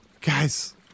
Guys